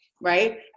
right